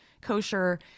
kosher